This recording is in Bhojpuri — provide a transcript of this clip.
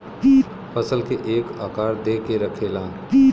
फसल के एक आकार दे के रखेला